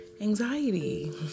anxiety